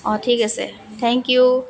অঁ ঠিক আছে থেংক ইউ